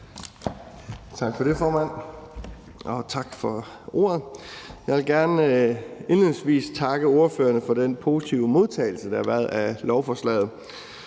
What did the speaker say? Tak for det, formand. Tak for ordet. Jeg vil gerne indledningsvis takke ordførerne for den positive modtagelse, der har været af lovforslaget.